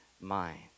mind